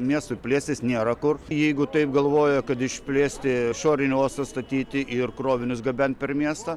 miestui plėstis nėra kur jeigu taip galvoja kad išplėsti išorinį uostą statyti ir krovinius gabent per miestą